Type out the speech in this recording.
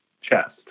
chest